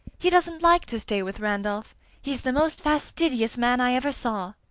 he doesn't like to stay with randolph he's the most fastidious man i ever saw.